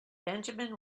benjamin